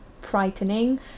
frightening